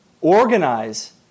organize